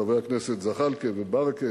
חברי הכנסת זחאלקה וברכה